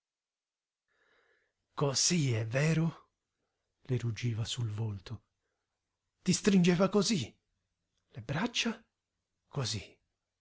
cosí è vero le ruggiva sul volto ti stringeva cosí le braccia cosí